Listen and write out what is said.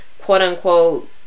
quote-unquote